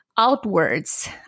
Outwards